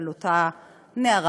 על אותה נערה,